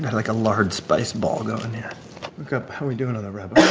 like, a large spice ball going here how are we doing on the rub?